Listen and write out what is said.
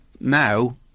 now